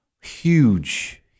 huge